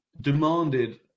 demanded